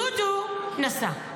דודו נסע.